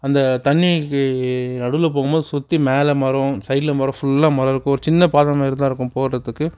அந்த தண்ணிக்கு நடுவில் போகும் போது சுற்றி மேலே மரம் சைடில் மரம் ஃபுல்லாக மரம் இருக்கும் ஒரு சின்ன பாதை மாரி தான் இருக்கும் போகிறதுக்கு